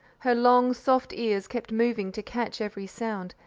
her long, soft ears kept moving to catch every sound,